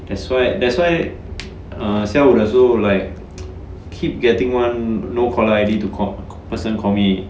that's why that's why err 下午的时侯 like keep getting one no caller I_D to call person call me